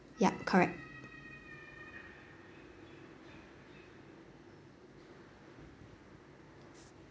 yup correct